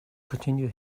continue